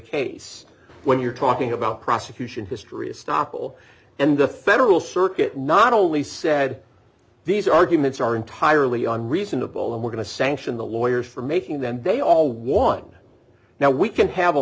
case when you're talking about prosecution history of stoppel and the federal circuit not only said these arguments are entirely on reasonable and we're going to sanction the lawyers for making them they all won now we can have a